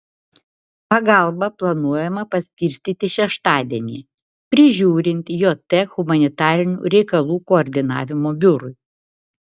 pagalbą planuojama paskirstyti šeštadienį prižiūrint jt humanitarinių reikalų koordinavimo biurui